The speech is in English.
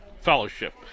fellowship